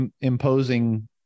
imposing